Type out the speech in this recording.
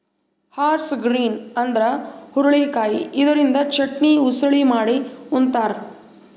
horse grain ಅಂದ್ರ ಹುರಳಿಕಾಯಿ ಇದರಿಂದ ಚಟ್ನಿ, ಉಸಳಿ ಮಾಡಿ ಉಂತಾರ್